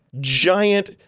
giant